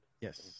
Yes